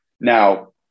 now